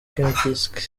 kempinski